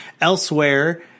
elsewhere